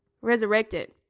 resurrected